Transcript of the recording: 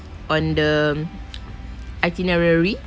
on the itinerary